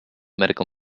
medical